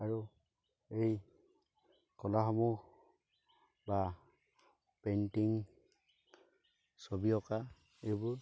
আৰু এই কলাসমূহ বা পেইণ্টিং ছবি অঁকা এইবোৰ